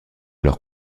leur